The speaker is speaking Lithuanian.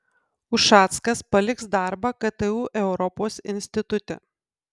ušackas paliks darbą ktu europos institute